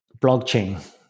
blockchain